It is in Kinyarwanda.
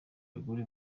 bagore